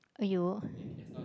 you